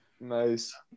Nice